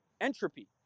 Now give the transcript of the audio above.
Entropy